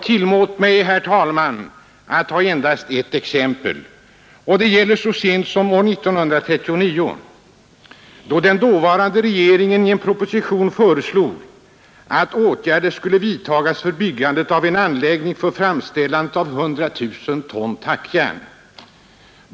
Tillåt mig, herr talman, att ta endast ett exempel, och det är inte äldre än från 1939, då den dåvarande regeringen i en proposition föreslog att åtgärder skulle vidtas för byggandet av en anläggning för framställande av 100 000 ton tackjärn.